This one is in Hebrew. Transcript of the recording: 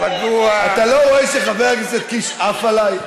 אתה לא רואה שחבר הכנסת קיש עף עליי?